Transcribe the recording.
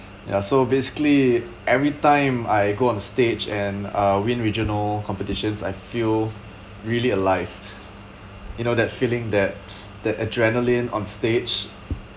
ya so basically every time I go on stage and uh win regional competitions I feel really alive you know that feeling that that adrenaline on stage